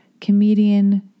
comedian